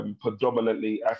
predominantly